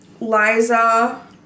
Liza